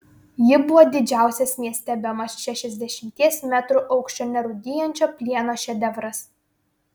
ji buvo didžiausias mieste bemaž šešiasdešimties metrų aukščio nerūdijančio plieno šedevras